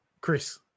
Chris